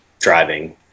driving